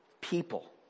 people